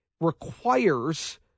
requires